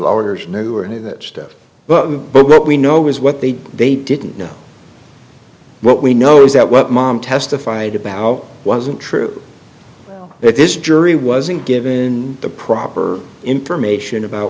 wers knew or any of that stuff but but what we know is what they did they didn't know what we know is that what mom testified about wasn't true that this jury wasn't given the proper information about